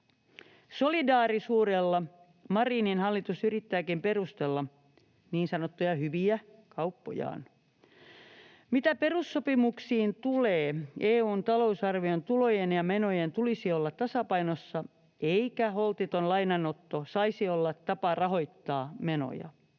Solidaarisuudella Marinin hallitus yrittääkin perustella niin sanottuja hyviä kauppojaan. Mitä perussopimuksiin tulee, EU:n talousarvion tulojen ja menojen tulisi olla tasapainossa, eikä holtiton lainanotto saisi olla tapa rahoittaa menoja.